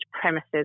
premises